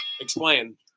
Explain